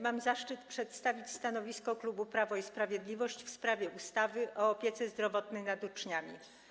Mam zaszczyt przedstawić stanowisko klubu Prawo i Sprawiedliwość w sprawie ustawy o opiece zdrowotnej nad uczniami.